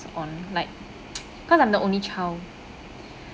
on like cause I'm the only child